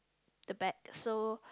the back so